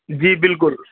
جی بالکل